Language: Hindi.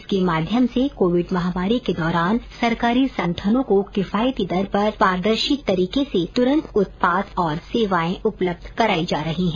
इसके माध्यम से कोविड महामारी के दौरान सरकारी संगठनों को किफायती दर पर पारदर्शी तरीके से उत्पाद और सेवाएँ तुरंत उपलब्ध कराई जा रही हैं